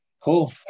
Cool